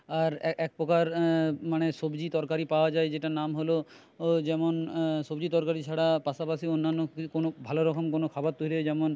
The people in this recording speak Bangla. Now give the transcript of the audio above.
আর একপ্রকার মানে সবজি তরকারি পাওয়া যায় যেটার নাম হলো ও যেমন সবজি তরকারি ছাড়া পাশাপাশি অন্যান্য কোনো ভালো রকম কোনো খাবার তৈরি হয় যেমন